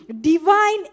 divine